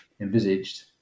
envisaged